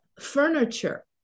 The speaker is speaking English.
furniture